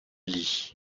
lit